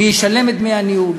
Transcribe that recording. מי ישלם את דמי הניהול?